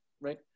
right